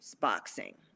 boxing